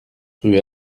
rue